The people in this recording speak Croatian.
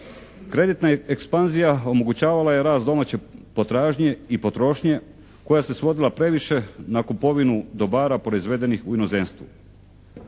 Kreditna ekspanzija omogućavala je rast domaće potražnje i potrošnje koja se svodila previše na kupovinu dobara proizvedenih u inozemstvu.